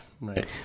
right